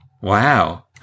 Wow